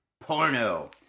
Porno